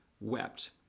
wept